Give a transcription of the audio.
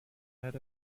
head